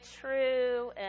true